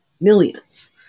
Millions